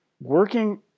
working